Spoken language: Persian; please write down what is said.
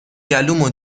گلومو